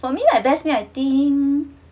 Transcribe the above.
for me my best meal I think